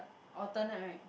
alternate right